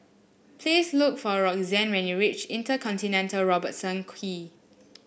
please look for Roxanne when you reach InterContinental Robertson Quay